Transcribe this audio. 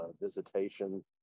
visitation